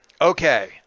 Okay